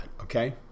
Okay